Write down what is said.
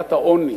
בבעיית העוני,